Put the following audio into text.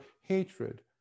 hatred